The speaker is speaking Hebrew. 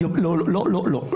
לא, לא, לא.